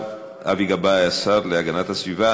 השר אבי גבאי, השר להגנת הסביבה.